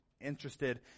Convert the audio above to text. interested